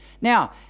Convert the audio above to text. Now